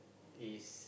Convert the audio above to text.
is